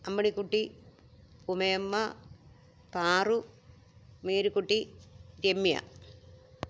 Amminikutty Umayamma Paru Marykutty Ramya